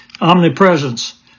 omnipresence